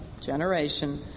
generation